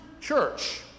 church